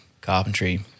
carpentry